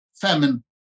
famine